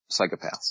psychopaths